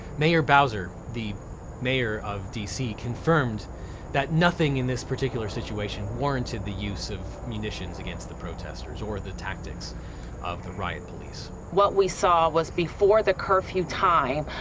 mayor bowser, the mayor of dc confirmed that nothing in this particular situation, warranted the use of munitions against the protesters, or the tactics of the riot police. what we saw was before the curfew time,